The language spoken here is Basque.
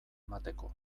emateko